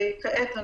כעת,